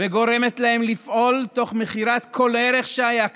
וגורמת להם לפעול תוך מכירת כל ערך שהיה כאן.